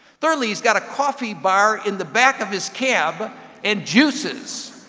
thirdly, he's got a coffee bar in the back of his cab and juices.